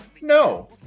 no